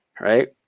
right